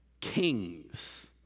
kings